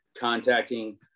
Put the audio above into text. contacting